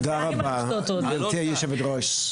תודה רבה, גברתי היושבת-ראש.